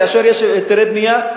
כאשר יש היתרי בנייה,